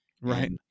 Right